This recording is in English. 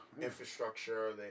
infrastructure